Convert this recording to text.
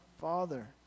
father